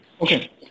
Okay